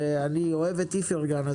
אני אוהב את איפרגן,